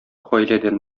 гаиләдән